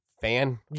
fan